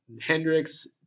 Hendrix